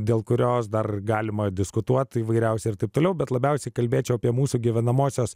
dėl kurios dar galima diskutuoti įvairiausių ir taip toliau bet labiausiai kalbėčiau apie mūsų gyvenamosios